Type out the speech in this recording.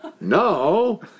No